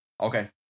Okay